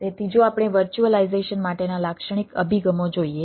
તેથી જો આપણે વર્ચ્યુઅલાઈઝેશન માટેના લાક્ષણિક અભિગમો જોઈએ